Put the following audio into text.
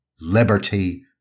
liberty